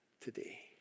today